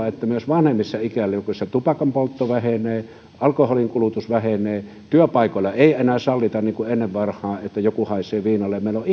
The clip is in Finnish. että myös vanhemmissa ikäluokissa tupakanpoltto vähenee alkoholinkulutus vähenee työpaikoilla ei enää sallita niin kuin ennen vanhaan että joku haisee viinalle meillä on